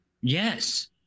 Yes